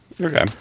Okay